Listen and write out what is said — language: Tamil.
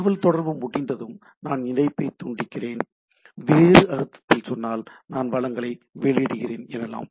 தகவல் தொடர்பு முடிந்ததும் நான் இணைப்பைக் துண்டிக்கிறேன் வேறு அர்த்தத்தில் சொன்னால் நான் வளங்களை வெளியிடுகிறேன் எனலாம்